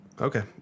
Okay